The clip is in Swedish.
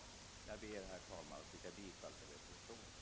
Herr talman! Jag ber att få yrka bifall till reservationen.